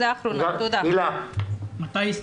ח"כ הילה שי וזאן.